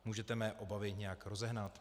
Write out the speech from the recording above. Můžete mé obavy nějak rozehnat?